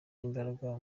imbaraga